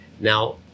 Now